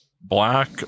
black